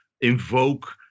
invoke